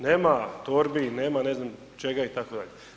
Nema torbi, nema ne znam čega itd.